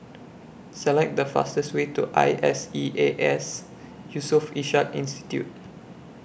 Select The fastest Way to I S E A S Yusof Ishak Institute